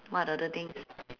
what other things